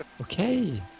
Okay